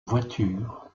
voiture